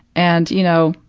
and you know,